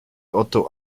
otto